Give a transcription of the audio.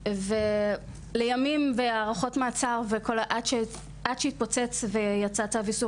ולימים והארכות מעצר עד שהתפוצץ ויצא צו איסור